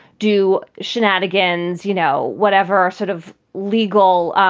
do show that again, you know, whatever sort of legal